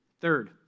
Third